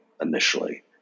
initially